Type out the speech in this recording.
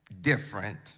different